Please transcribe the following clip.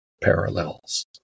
parallels